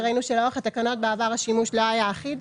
וראינו שלאורך התקנות בעבר השימוש לא היה אחיד.